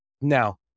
Now